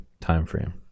timeframe